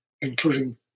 including